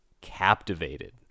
captivated